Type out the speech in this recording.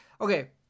okay